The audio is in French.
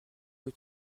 que